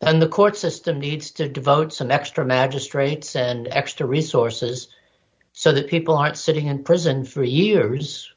and the court system needs to devote some extra magistrates and extra resources so that people aren't sitting in prison for years